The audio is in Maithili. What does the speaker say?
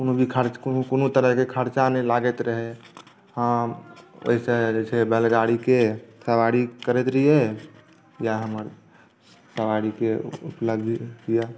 खर्च कोनो तरहके खरचा नहि लागैत रहै आ ओहिसॅं जे छै बैलगाड़ीके सवारी करैत रहिए इएह हमर सवारीके उपलब्धि यऽ